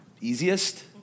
easiest